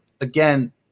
again